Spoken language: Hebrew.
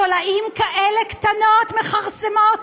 תולעים כאלה קטנות מכרסמות.